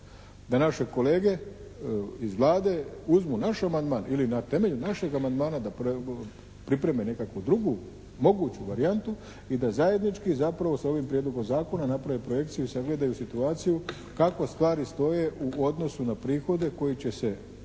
da naše kolege iz Vlade uzmu naš amandman ili na temelju našeg amandmana da pripreme nekakvu drugu moguću varijantu i da zajednički zapravo s ovim Prijedlogom zakona naprave projekciju i sagledaju situaciju kako stvari stoje u odnosu na prihode koji će se